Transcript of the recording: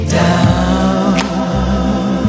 down